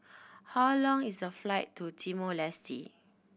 how long is the flight to Timor Leste